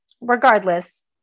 regardless